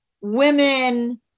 women